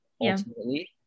ultimately